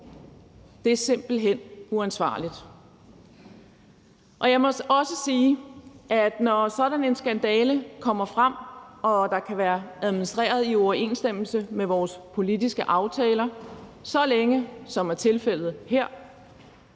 Det er simpelt hen uansvarligt. Jeg må også sige, at når sådan en skandale kommer frem om, at der kan være administreret i uoverensstemmelse med vores politiske aftaler så længe, som det er tilfældet her,